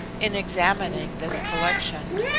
in examining this collection,